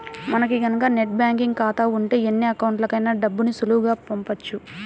మనకి గనక net banking ఖాతా ఉంటే ఎన్ని అకౌంట్లకైనా డబ్బుని సులువుగా పంపొచ్చు